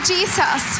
Jesus